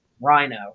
Rhino